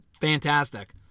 fantastic